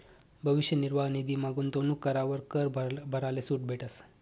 भविष्य निर्वाह निधीमा गूंतवणूक करावर कर भराले सूट भेटस